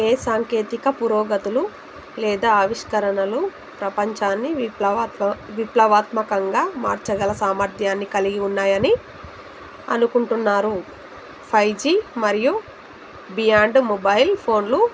ఏ సాంకేతిక పురోగతులు లేదా ఆవిష్కరణలు ప్రపంచాన్ని విప్లవాత్మ విప్లవాత్మకంగా మార్చగల సామర్థ్యాన్ని కలిగి ఉన్నాయని అనుకుంటున్నారు ఫైవ్ జీ మరియు బియాండ్ మొబైల్ ఫోన్లు